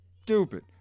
stupid